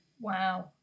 Wow